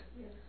Yes